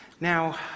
Now